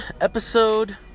episode